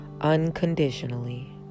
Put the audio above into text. unconditionally